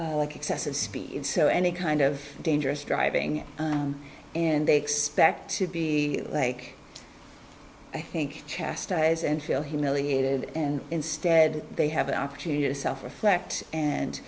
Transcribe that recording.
excessive speed so any kind of dangerous driving and they expect to be like i think chastise and feel humiliated and instead they have an opportunity to self reflect